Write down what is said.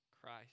Christ